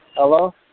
Hello